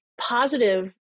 positive